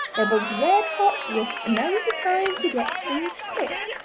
they're both red-hot for ye, and now's the time to get things fixed